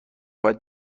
باید